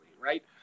right